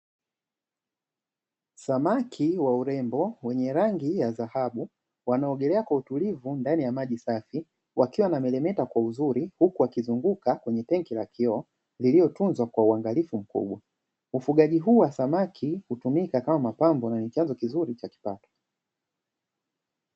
Samaki wa urembo wenye rangi ya dhahabu, wanaogelea kwa utulivu ndani ya maji safi wakiwa wanameremeta kwa uzuri huku wakizunguka kwenye tenki la kioo, lililotunzwa kwa uangalifu mkubwa. Ufugaji huu wa samaki hutumika kama mapambo na ni chanzo kizuri cha kipato.